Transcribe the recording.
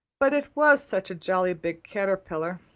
but it was such a jolly big caterpillar.